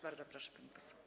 Bardzo proszę, pani poseł.